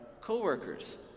co-workers